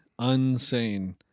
Unsane